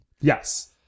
Yes